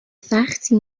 سختی